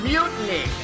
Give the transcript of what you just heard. Mutiny